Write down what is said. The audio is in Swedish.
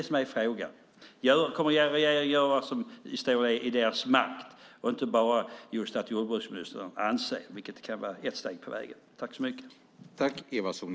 Kommer regeringen att göra vad som står i dess makt och inte bara uttala vad jordbruksministern anser, vilket i och för sig kan vara ett steg på vägen?